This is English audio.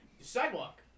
Sidewalk